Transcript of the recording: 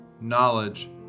knowledge